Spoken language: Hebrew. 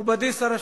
מכובדי שר השיכון,